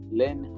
learn